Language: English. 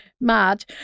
mad